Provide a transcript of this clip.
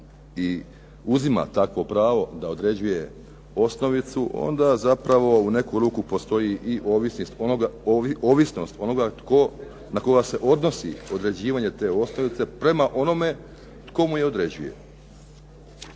i uzima takvo pravo da određuje osnovicu, onda zapravo u neku ruku postoji i ovisnost onoga na koga se odnosi određivanje te osnovice prema onome tko mu je određuje.